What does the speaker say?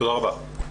תודה רבה.